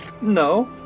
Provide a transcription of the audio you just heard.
No